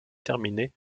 terminée